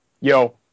Yo